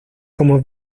como